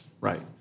right